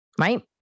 Right